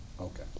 okay